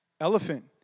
Elephant